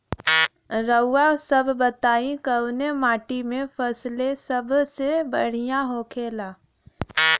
रउआ सभ बताई कवने माटी में फसले सबसे बढ़ियां होखेला?